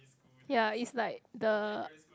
ya is like the